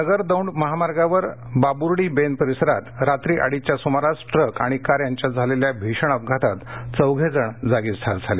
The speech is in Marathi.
नगर दौड महामार्गावर बाबूर्डी बेंद परिसरात रात्री अडीचच्या सुमारास ट्रक आणि कार यांच्यात झालेल्या भीषण अपघातात चौघे जण जागीच ठार झाले